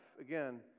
again